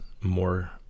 more